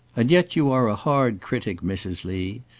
and yet you are a hard critic, mrs. lee.